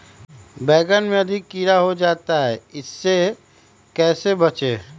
बैंगन में अधिक कीड़ा हो जाता हैं इससे कैसे बचे?